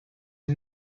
are